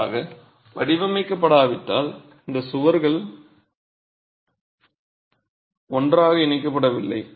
குறிப்பாக வடிவமைக்கப்படாவிட்டால் இந்த சுவர்கள் ஒன்றாக இணைக்கப்படவில்லை